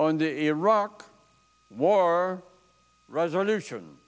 on the iraq war resolution